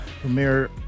premier